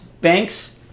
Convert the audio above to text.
Banks